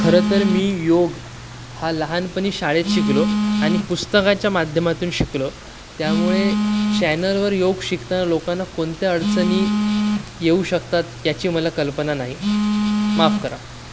खरं तर मी योग हा लहानपणी शाळेत शिकलो आणि पुस्तकाच्या माध्यमातून शिकलो त्यामुळे चॅनलवर योग शिकताना लोकांना कोणत्या अडचणी येऊ शकतात याची मला कल्पना नाही माफ करा